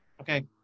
okay